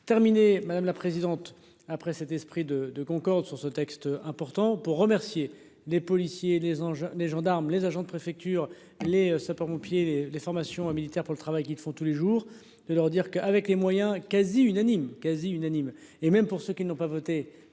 terminer madame la présidente, après cet esprit de de Concorde sur ce texte important pour remercier les policiers et les enjeux, les gendarmes, les agents de préfecture, les sapeurs-pompiers, les formations militaires pour le travail qu'ils font tous les jours de leur dire qu'avec les moyens quasi unanime quasi unanime et même pour ceux qui n'ont pas voté